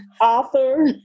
author